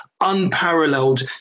unparalleled